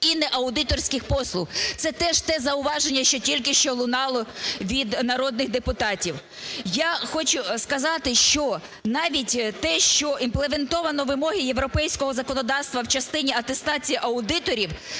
і неаудиторських послуг. Це теж те зауваження, що тільки що лунало від народних депутатів. Я хочу сказати, що навіть те, що імплементовано вимоги європейського законодавства в частині атестації аудиторів,